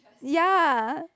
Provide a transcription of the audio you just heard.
ya